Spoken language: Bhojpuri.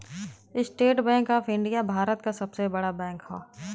estate Bank of India Bharat क सबसे बड़ा बैंक हौ